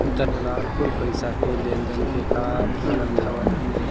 दलाल कुल पईसा के लेनदेन के काम करत हवन